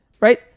right